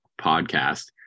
podcast